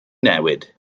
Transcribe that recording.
newid